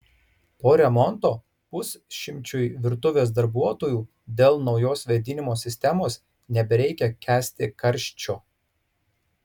po remonto pusšimčiui virtuvės darbuotojų dėl naujos vėdinimo sistemos nebereikia kęsti karščio